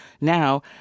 now